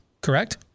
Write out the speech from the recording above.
correct